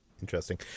interesting